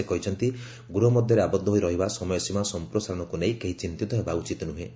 ସେ କହିଛନ୍ତି ଗୃହ ମଧ୍ୟରେ ଆବଦ୍ଧ ହୋଇ ରହିବା ସମୟସୀମା ସମ୍ପ୍ରସାରଣକୁ ନେଇ କେହି ଚିନ୍ତିତ ହେବା ଉଚିତ ନୁହେଁ